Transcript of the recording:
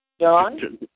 John